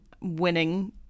winning